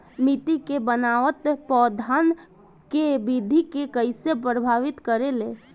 मिट्टी के बनावट पौधन के वृद्धि के कइसे प्रभावित करे ले?